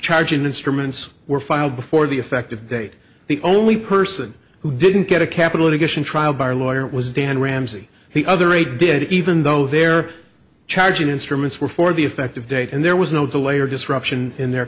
charging instruments were filed before the effective date the only person who didn't get a capital efficient trial by a lawyer was dan ramsey the other eight did even though they're charging instruments were for the effective date and there was no delay or disruption in their